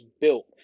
built